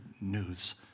news